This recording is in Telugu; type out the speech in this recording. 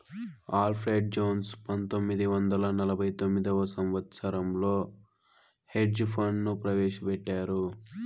అల్ఫ్రెడ్ జోన్స్ పంతొమ్మిది వందల నలభై తొమ్మిదవ సంవచ్చరంలో హెడ్జ్ ఫండ్ ను ప్రవేశపెట్టారు